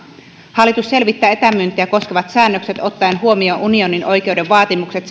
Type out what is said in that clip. hallitus selvittää etämyyntiä koskevat säännökset ottaen huomioon unionin oikeuden vaatimukset